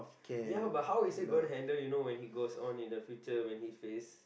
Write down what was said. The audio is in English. ya but how is he going handle you know when he goes on in the future when he face